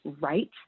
right